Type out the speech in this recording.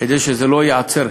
כדי שזה לא ייעצר,